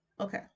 okay